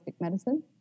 medicine